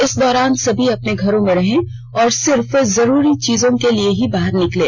इस दोरान सभी अपने घरों में रहें और सिर्फ जरूरी चीजों के लिये ही बाहर निकलें